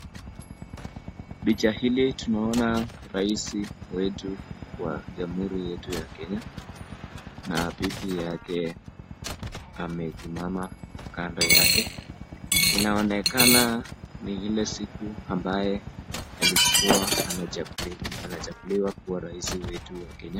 Picha hili tunaona rais wetu wa jamhuri yetu ya Kenya na bibi yake amesimama kando yake. Inaonekana ni ile siku ambaye alikuwa anachaguliwa kuwa rais wetu wa Kenya.